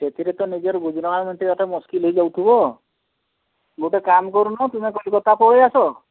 ସେଥିରେ ତ ନିଜର ଗୁଜୁରାଣ ମେଣ୍ଟେଇବା ମୁସ୍କିଲ୍ ହେଇ ଯାଉଥିବ ଗୋଟେ କାମ କରୁନ ତୁମେ କଲିକତା ପଳେଇ ଆସ